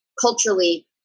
culturally